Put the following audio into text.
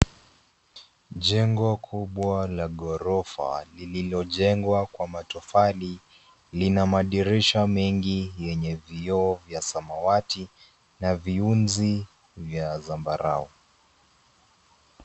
Jengo kubwa, la ghorofa, lililojengwa kwa matofali, lina madirisha mengi, yenye vioo vya samawati, na viunzi vya zambarau.